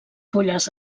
fulles